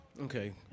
Okay